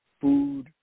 food